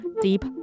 Deep